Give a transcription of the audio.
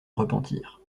repentir